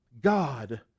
god